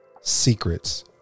Secrets